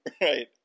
Right